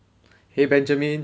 !hey! benjamin